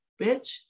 bitch